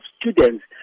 students